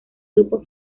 grupo